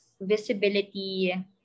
visibility